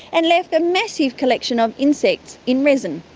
and left a massive collection of insects in resin,